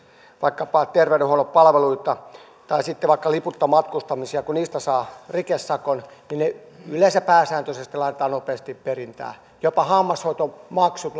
vaikkapa terveydenhuollon palveluita tai sitten vaikka liputta matkustamisia niin kun niistä saa rikesakon niin ne yleensä pääsääntöisesti laitetaan nopeasti perintään jopa hammashoitomaksut